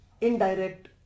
indirect